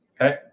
okay